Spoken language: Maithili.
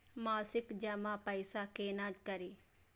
मासिक जमा पैसा केना करी?